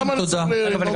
די.